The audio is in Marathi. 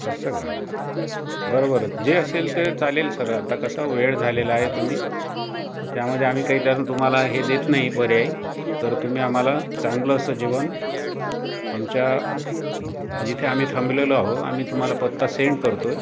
अस्स का बरं बरं जे असेल ते चालेल सर आता कसा वेळ झालेला आहे तुम्ही तर त्यामध्ये आणि काही कारण तुम्हाला हे देत नाही पर्याय तर तुम्ही आम्हाला चांगलं असं जेवण आमच्या जिथे आम्ही थांबलेलो आहो आम्ही तुम्हाला पत्ता सेंड करतोय